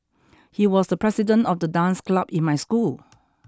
he was the president of the dance club in my school